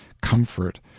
comfort